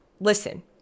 Listen